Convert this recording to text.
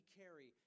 carry